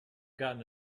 gotten